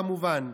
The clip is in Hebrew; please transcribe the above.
כמובן,